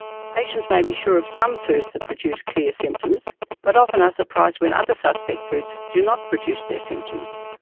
patients may be sure of some foods that produce clear symptoms but often are surprised when other suspect foods do not produce their symptoms.